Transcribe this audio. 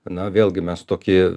na vėlgi mes tokie